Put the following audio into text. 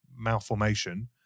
malformation